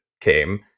came